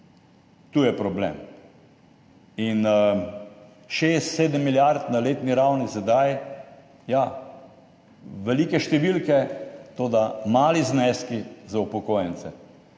Tu je problem. In 6, 7 milijard na letni ravni sedaj, ja, velike številke, toda mali zneski za upokojence.